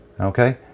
okay